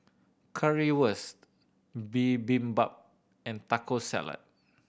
Currywurst Bibimbap and Taco Salad